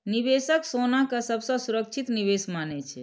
निवेशक सोना कें सबसं सुरक्षित निवेश मानै छै